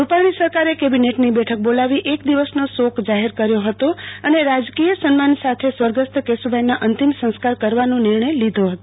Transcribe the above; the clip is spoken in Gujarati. રૂપાણી સરકારે કેબિનેટ ની બેઠક બોલાવી એક દિવસ નો શોક જાહેર કર્યો હતો અને રાજકીય સન્માન સાથે સ્વર્ગસ્થ કેશુભાઈ ના અંતિમ સંસ્કાર કરવાનો નિર્ણય લીધો હતો